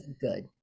good